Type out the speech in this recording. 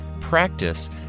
practice